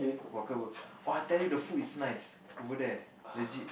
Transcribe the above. walkable !woah! I tell you the food is nice over there legit